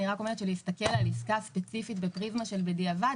אני רק אומרת שלהסתכל על עסקה ספציפית בפריזמה של בדיעבד,